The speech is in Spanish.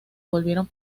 volvieron